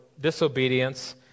disobedience